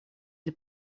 для